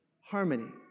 harmony